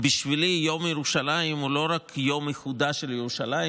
בשבילי יום ירושלים הוא לא רק יום איחודה של ירושלים,